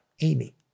Amy